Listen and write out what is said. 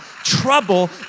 Trouble